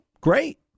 great